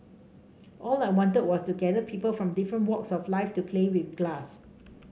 all I wanted was to gather people from different walks of life to play with glass